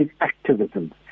activism